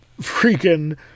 Freaking